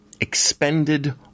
expended